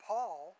Paul